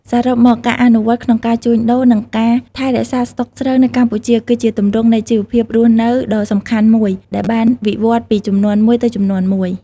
សរុបមក ការអនុវត្តក្នុងការជួញដូរ និងការថែរក្សាស្តុកស្រូវនៅកម្ពុជា គឺជាទម្រង់នៃជីវភាពរស់នៅដ៏សំខាន់មួយ ដែលបានវិវឌ្ឍន៍ពីជំនាន់មួយទៅជំនាន់មួយ។